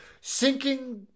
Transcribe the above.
sinking